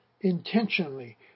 intentionally